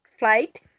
flight